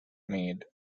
made